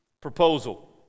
proposal